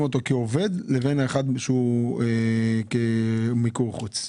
אותו כעובד לבין האחר שהוא מיקור חוץ.